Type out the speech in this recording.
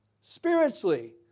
spiritually